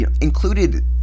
included